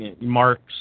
marks